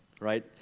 right